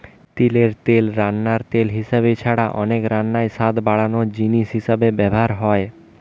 তিলের তেল রান্নার তেল হিসাবে ছাড়া অনেক রান্নায় স্বাদ বাড়ানার জিনিস হিসাবে ব্যভার হয়